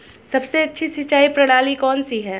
सबसे अच्छी सिंचाई प्रणाली कौन सी है?